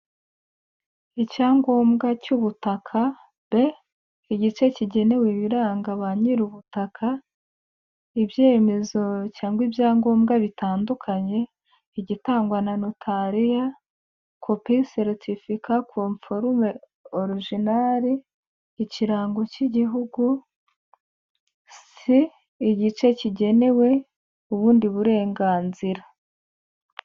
Icyangombwa cy'ubutaka B, igice kigenewe ibiranga ba nyiru ubutaka ibyemezo cyangwa ibyangombwa bitandukanye. Igitangwa na nutaraliya kopi ceretifika comforume orujinali, ikirango cy igihugu C, igice kigenewe ubundi burenganzira.